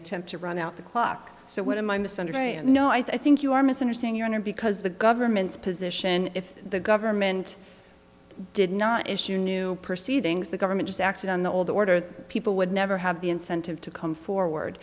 attempt to run out the clock so what am i misunderstand no i think you are misunderstand your honor because the government's position if the government did not issue new proceedings the government just acted on the old order people would never have the incentive to come forward